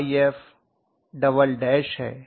यह If नहीं If है